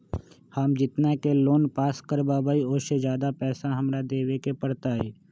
हम जितना के लोन पास कर बाबई ओ से ज्यादा पैसा हमरा देवे के पड़तई?